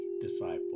disciple